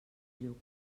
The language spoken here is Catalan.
lluc